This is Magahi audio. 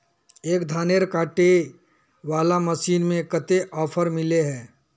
एक धानेर कांटे वाला मशीन में कते ऑफर मिले है?